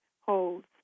holds